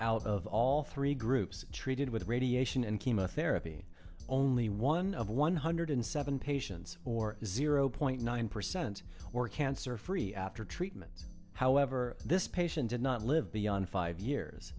out of all three groups treated with radiation and chemotherapy only one of one hundred seven patients or zero point nine percent more cancer free after treatment however this patient did not live beyond five years